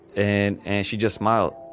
and, and she just smiled.